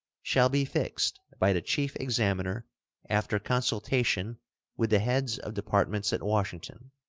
shall be fixed by the chief examiner after consultation with the heads of departments at washington.